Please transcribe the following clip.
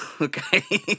Okay